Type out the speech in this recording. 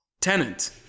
Tenant